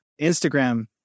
instagram